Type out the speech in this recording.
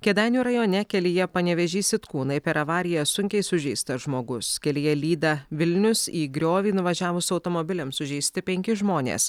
kėdainių rajone kelyje panevėžys sitkūnai per avariją sunkiai sužeistas žmogus kelyje lyda vilnius į griovį nuvažiavus automobiliams sužeisti penki žmonės